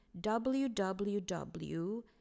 www